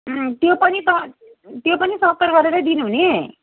उम् त्यो पनि त त्यो पनि सत्तर गरेरै दिनुहुने